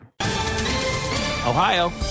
Ohio